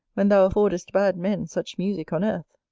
when thou affordest bad men such musick on earth!